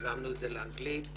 תרגמנו את זה לאנגלית,